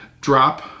drop